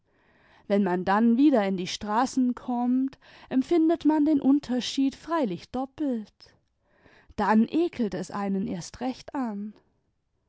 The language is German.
wenn man dann wieder in die straßen kommt empfindet man den unterschied freilich doppelt dann ekelt es einen erst recht an